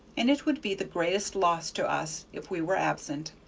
and it would be the greatest loss to us if we were absent.